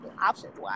options